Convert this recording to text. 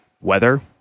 weather